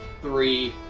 three